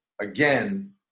again